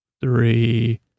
three